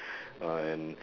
uh and